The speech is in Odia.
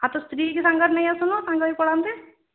ଆଉ ତୋ ସ୍ତ୍ରୀକି ସାଙ୍ଗରେ ନେଇ ଆସୁନୁ ସାଙ୍ଗ ହୋଇ ପଳାନ୍ତେ